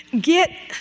get